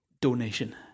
donation